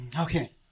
Okay